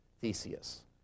Theseus